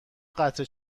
قطره